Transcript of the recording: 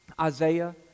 Isaiah